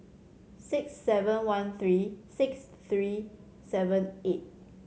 six seven one three six three seven eight